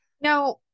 Now